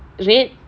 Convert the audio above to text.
red